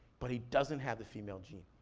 but he doesn't have the female gene.